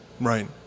Right